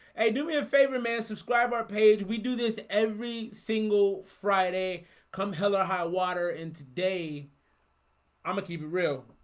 hey, do me a favor, man subscribe our page we do this every single friday come hell or high water and today i'm gonna keep it real.